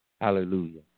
Hallelujah